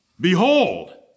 behold